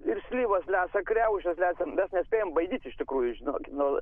ir slyvas lesa kriaušes lesa mes nespėjome baidyti iš tikrųjų žinokit nu